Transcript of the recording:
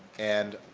and,